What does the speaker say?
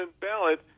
ballot